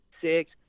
six